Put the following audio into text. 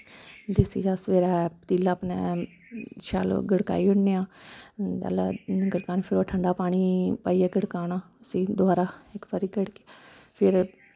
देस्सी चाह् सवेरै पतीलै अपनै शैल गड़काई ओड़ने आं पैह्लैं गड़कानी फिर ओह् ठण्डा पानी पाइयै गड़काना उस्सी दवारा इक बारी गड़काना फिर